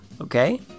Okay